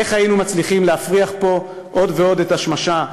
איך היינו מצליחים להפריח פה עוד ועוד את השמשה,